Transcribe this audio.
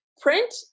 print